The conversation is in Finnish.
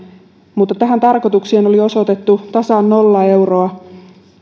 mutta tähän tarkoitukseen oli osoitettu tasan nolla euroa